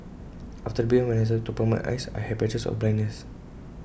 after the big bang when I started to open my eyes I had patches of blindness